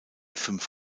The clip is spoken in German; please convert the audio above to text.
fünf